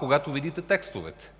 когато видите текстовете.